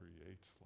creates